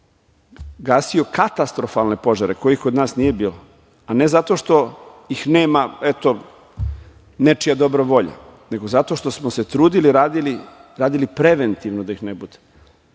gasio katastrofalne požare kojih kod nas nije bilo, a ne zato što ih nema, eto, nečija dobra volja, nego zato što smo se trudili, radili, radili preventivno da ih ne bude.